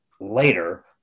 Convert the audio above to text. later